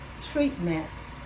treatment